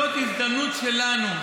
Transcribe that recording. זאת הזדמנות שלנו,